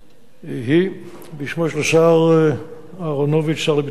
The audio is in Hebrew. היא בשמו של השר אהרונוביץ, השר לביטחון פנים.